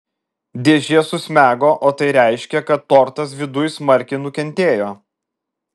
dėžė susmego o tai reiškė kad tortas viduj smarkiai nukentėjo